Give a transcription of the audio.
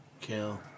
kill